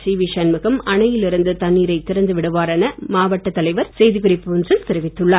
CV Shanmugam அணையில் இருந்து தண்ணீரை திற்நது விடுவார் என மாவட்ட தலைவர் செய்தி குறிப்பு ஒன்றில் தெரிவித்துள்ளார்